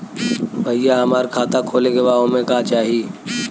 भईया हमार खाता खोले के बा ओमे का चाही?